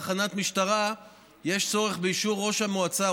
תחנת משטרה יש צורך באישור ראש המועצה,